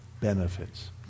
benefits